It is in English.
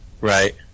Right